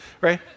right